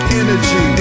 energy